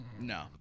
No